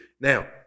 Now